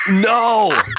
No